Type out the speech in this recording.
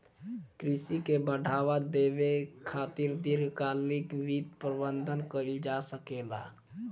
कृषि के बढ़ावा देबे खातिर दीर्घकालिक वित्त प्रबंधन कइल जा सकेला